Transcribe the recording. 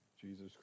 Jesus